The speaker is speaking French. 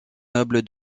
noble